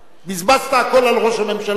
בזבזת הכול על ראש הממשלה.